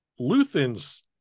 luthan's